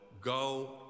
go